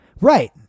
Right